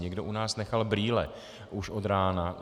Někdo u nás nechal brýle už od rána.